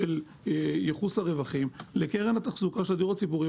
ייחוס הרווחים לקרן התחזוקה של הדירות הציבוריות,